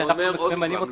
כשאנחנו ממנים אותו כמנהל?